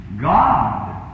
God